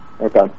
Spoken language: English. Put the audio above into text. Okay